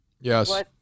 yes